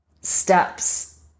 steps